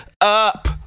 up